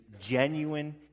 genuine